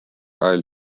ajal